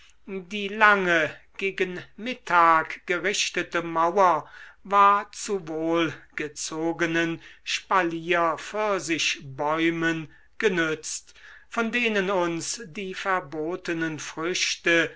die lange gegen mittag gerichtete mauer war zu wohl gezogenen spalier pfirsichbäumen genützt von denen uns die verbotenen früchte